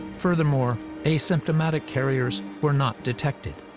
furthermore, asymptomatic carriers were not detected.